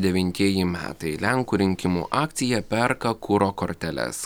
devintieji metai lenkų rinkimų akcija perka kuro korteles